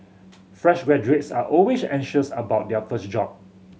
fresh graduates are always anxious about their first job